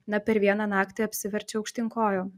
na per vieną naktį apsiverčia aukštyn kojom